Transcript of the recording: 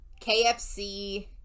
KFC